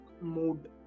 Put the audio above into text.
mood